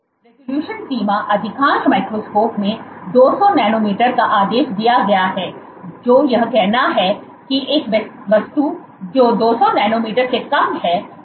इसलिएरेजोल्यूशन सीमा अधिकांश माइक्रोस्कोप में 200 नैनोमीटर का आदेश दिया गया है जो यह कहना है कि एक वस्तु जो 200 नैनोमीटर से कम है 200 नैनोमीटर की तरह दिखेगी